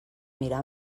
mirar